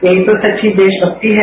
ये ही तो सच्ची देशमक्ति है